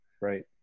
Right